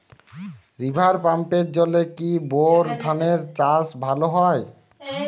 River পাম্পের জলে কি বোর ধানের চাষ ভালো হয়?